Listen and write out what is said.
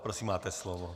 Prosím, máte slovo.